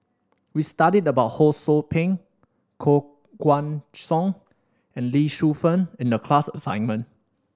we studied about Ho Sou Ping Koh Guan Song and Lee Shu Fen in the class assignment